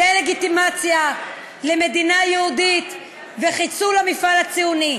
דה-לגיטימציה למדינה היהודית וחיסול המפעל הציוני.